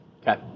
Okay